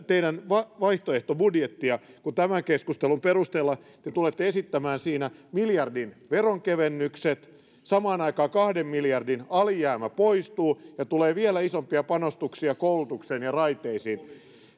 teidän vaihtoehtobudjettia kun tämän keskustelun perusteella te tulette esittämään siinä miljardin veronkevennykset samaan aikaan kahden miljardin alijäämä poistuu ja tulee vielä isompia panostuksia koulutukseen ja raiteisiin